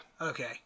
Okay